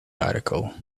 article